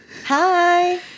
Hi